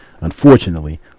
unfortunately